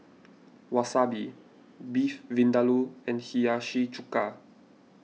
Wasabi Beef Vindaloo and Hiyashi Chuka